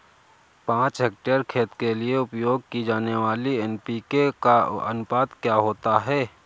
पाँच हेक्टेयर खेत के लिए उपयोग की जाने वाली एन.पी.के का अनुपात क्या होता है?